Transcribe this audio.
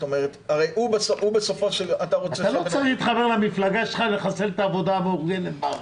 אתה לא צריך להתחבר למפלגה שלך ולחסל את העבודה המאורגנת בארץ.